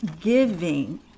giving